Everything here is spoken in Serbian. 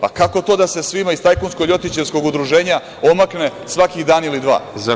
Pa kako to da se svima iz tajkunsko ljotićevskog udruženja omakne svaki dan ili dva?